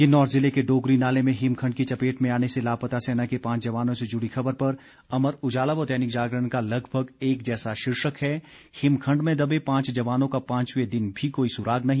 किन्नौर जिले के दोगरी नाले में हिमखंड की चपेट में आने से लापता सेना के पांच जवानों से जुड़ी खबर को अमर उजाला व दैनिक जागरण का लगभग एक जैसा शीर्षक है हिमखंड में दबे पांच जवानों का पांचवें दिन भी कोई सुराग नहीं